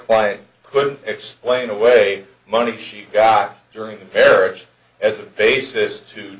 quiet could explain away money she got during the marriage as a basis to